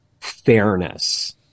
fairness